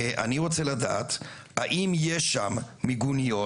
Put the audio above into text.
אני רוצה לדעת, האם יש שם מיגוניות,